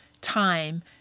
time